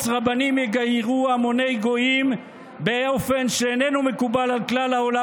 רבנים יגיירו המוני גויים באופן שאיננו מקובל על כלל העולם